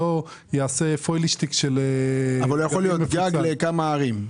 הוא יכול להיות גג לכמה ערים?